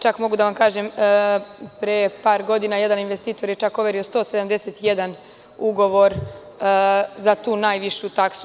Čak, mogu da vam kažem pre par godina jedan investitor je čak overio 171 ugovor za tu najvišu taksu.